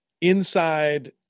inside